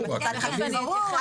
ברור.